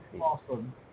awesome